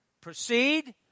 Proceed